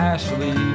Ashley